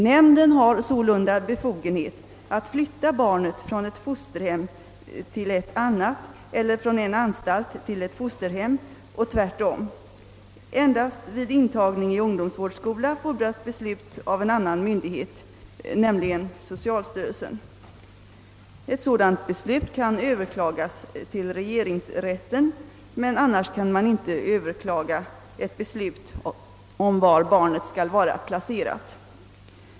Nämnden har sålunda befogenhet att flytta barnet från ett fosterhem till ett annat eller från en anstalt till ett fosterhem och tvärtom. Endast vid intagning i ungdomsvårdsskola fordras beslut av en annan myndighet, nämligen socialstyrelsen. Ett sådant beslut kan överklagas till regeringsrätten, men annars kan man inte överklaga ett beslut om var barnet skall vara placerat.